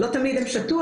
לא תמיד הן שתו,